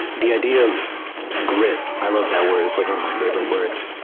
the idea of grit. i love that word. it's like one of my favorite words.